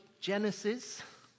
Genesis